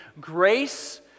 grace